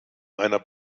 einer